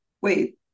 wait